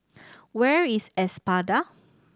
where is Espada